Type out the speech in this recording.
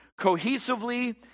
cohesively